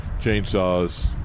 chainsaws